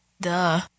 Duh